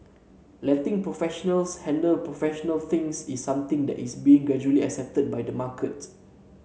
letting professionals handle professional things is something that's being gradually accepted by the market